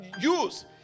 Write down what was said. use